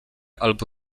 albo